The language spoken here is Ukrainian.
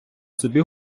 собі